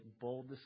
bold